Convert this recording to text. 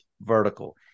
vertical